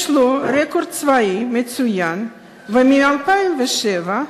יש לו רקורד צבאי מצוין, ומ-2007,